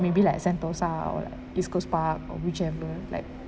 maybe like sentosa or like east coast park or whichever like